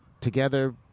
together